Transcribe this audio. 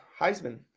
Heisman